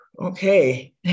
Okay